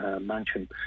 mansion